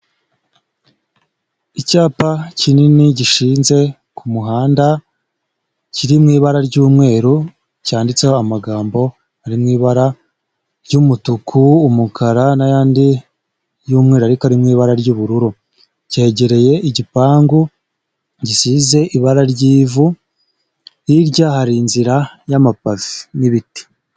Icyapa kinini gishinze ku muhanda, kiri mu ibara ry'umweru, cyanditseho amagambo ari mu ibara ry'umutuku, umukara n'ayandi y'umweru ariko mu ibara ry'ubururu. Cyegereye igipangu gisize ibara ry'ivu, hirya hari inzira y'amapave n'ibiti.